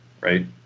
right